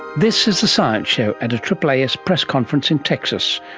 this is the science show at a aaas press conference in texas,